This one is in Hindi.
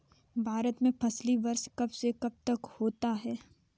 भारत में फसली वर्ष कब से कब तक होता है?